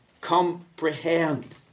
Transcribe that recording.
comprehend